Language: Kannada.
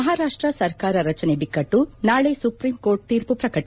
ಮಹಾರಾಷ್ಟ ಸರ್ಕಾರ ರಚನೆ ಬಿಕ್ಕಟ್ನು ನಾಳೆ ಸುಪ್ರೀಂಕೋರ್ಟ್ ತೀರ್ಮ ಪ್ರಕಟ